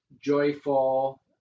joyful